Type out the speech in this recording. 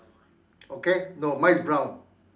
okay no mine is brown